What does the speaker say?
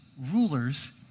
rulers